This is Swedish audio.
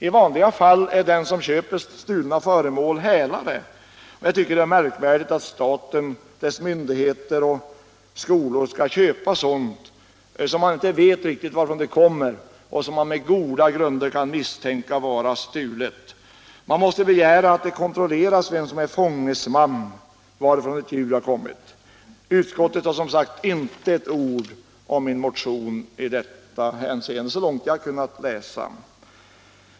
I vanliga fall är den som köper stulna föremål hälare, och jag tycker att det är märkligt att staten, dess myndigheter och skolor skall köpa sådant som man inte riktigt vet varifrån det kommer och som man på goda grunder kan misstänka vara stulet. Man måste begära att det kontrolleras vem som har fångat ett djur och varifrån det har kommit. Så långt jag kunnat läsa har utskottet inte med ett ord berört dessa frågor.